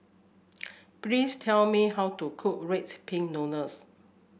please tell me how to cook Rice Pin Noodles